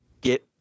get